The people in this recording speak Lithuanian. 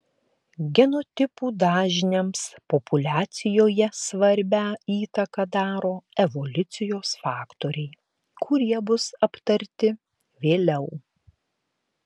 genotipų dažniams populiacijoje svarbią įtaką daro evoliucijos faktoriai kurie bus aptarti vėliau